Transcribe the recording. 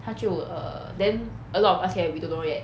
他就 err then a lot of us say we don't know yet